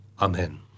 Amen